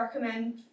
recommend